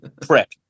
prick